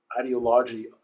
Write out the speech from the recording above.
ideology